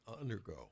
undergo